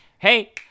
Hey